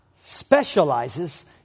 specializes